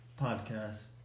podcast